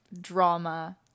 drama